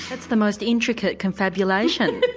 that's the most intricate confabulation.